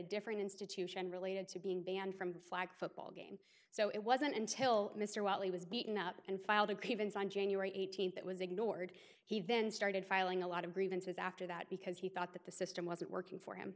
different institution related to being banned from flag football game so it wasn't until mr wiley was beaten up and filed a grievance on january eighteenth that was ignored he then started filing a lot of grievances after that because he thought that the system wasn't working for him